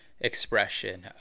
expression